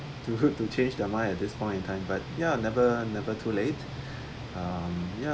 to to change their mind at this point in time but ya never never too late um ya